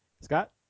Scott